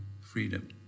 freedom